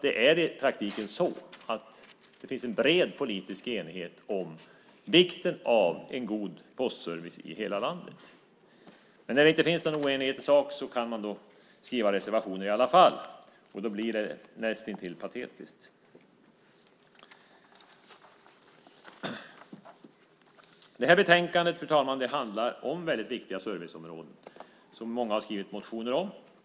Det är i praktiken så att det finns en bred politisk enighet om vikten av en god postservice i hela landet. Men när det inte finns någon oenighet i sak kan man skriva reservationer i alla fall. Det blir näst intill patetiskt. Detta betänkande, fru talman, handlar om viktiga serviceområden som många har skrivit motioner om.